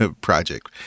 project